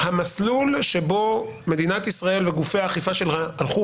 המסלול שבו מדינת ישראל וגופי האכיפה הלכו